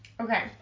Okay